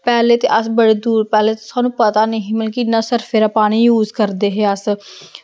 पैह्ले ते अस बड़े दूर पैह्ले सानूं पता निं ही मतलब कि इन्ना सरफे दा पानी यूस करदे हे अस